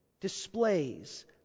displays